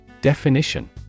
Definition